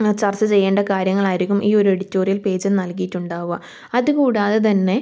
ചർച്ച ചെയ്യേണ്ട കാര്യങ്ങളായിരിക്കും ഈ ഒരെഡിറ്റോറിയൽ പേജിൽ നൽകിയിട്ടുണ്ടാവുക അത് കൂടാതെ തന്നെ